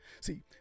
See